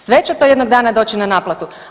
Sve će to jednog dana doći na naplatu.